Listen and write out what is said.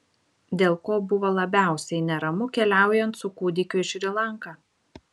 dėl ko buvo labiausiai neramu keliaujant su kūdikiu į šri lanką